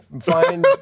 Fine